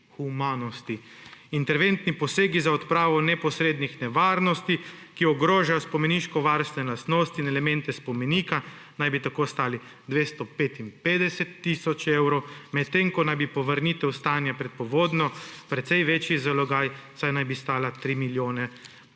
humanosti«, »interventni posegi za odpravo neposrednih nevarnosti, ki ogrožajo spomeniškovarstvene lastnosti in elemente spomenika, naj bi tako stali 255 tisoč evrov, medtem ko naj bi bila povrnitev stanja pred povodnjijo precej večji zalogaj, saj naj bi stala 3 milijone« pa